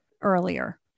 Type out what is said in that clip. earlier